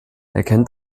erkennt